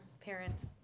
parents